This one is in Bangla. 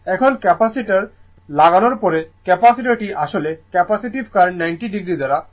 এখন ক্যাপাসিটার লাগানোর পরে ক্যাপাসিটারটি আসলে ক্যাপাসিটিভ কারেন্ট 90o দ্বারা ভোল্টেজে পৌঁছে যাবে